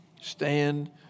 Stand